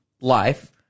life